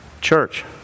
Church